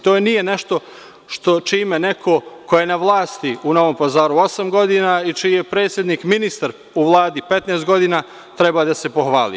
To nije nešto čime neko ko je na vlasti u Novom Pazaru osam godina i čije je predsednik ministar u Vladi 15 godina, treba da se pohvali.